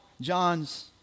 John's